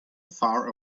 far